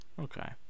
Okay